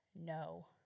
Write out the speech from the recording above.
no